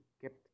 kept